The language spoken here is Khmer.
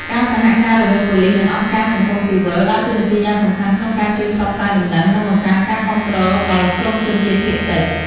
ការសហការរវាងប៉ូលិស និងអង្គការសង្គមស៊ីវិល ដើរតួនាទីយ៉ាងសំខាន់ក្នុងការជួយផ្សព្វផ្សាយដំណឹង និងបង្កើនការគាំទ្រដល់ក្រុមជនជាតិភាគតិច។